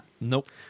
Nope